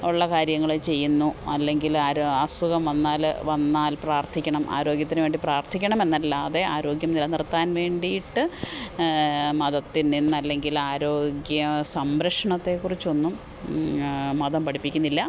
ഉള്ള കാര്യങ്ങള് ചെയ്യുന്നു അല്ലെങ്കിലാരും അസുഖം വന്നാല് വന്നാല് പ്രാര്ത്ഥിക്കണം ആരോഗ്യത്തിന് വേണ്ടി പ്രാര്ത്ഥിക്കണമെന്നല്ലാതെ ആരോഗ്യം നിലനിര്ത്താന് വേണ്ടിയിട്ട് മതത്തിൽ നിന്ന് അല്ലെങ്കിൽ ആരോഗ്യ സംരക്ഷണത്തെക്കുറിച്ചൊന്നും മതം പഠിപ്പിക്കുന്നില്ല